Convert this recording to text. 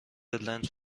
لنت